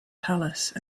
palace